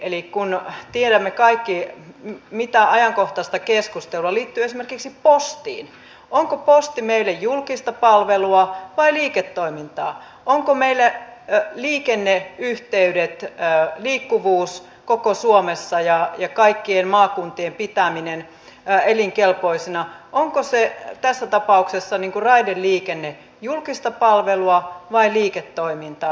eli kun me kaikki tiedämme mitä ajankohtaista keskustelua liittyy esimerkiksi postiin onko posti meille julkista palvelua vai liiketoimintaa niin ovatko meille liikenneyhteydet liikkuvuus koko suomessa ja kaikkien maakuntien pitäminen elinkelpoisina tässä tapauksessa raideliikenne julkista palvelua vai liiketoimintaa